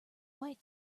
white